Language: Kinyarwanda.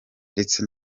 ndetse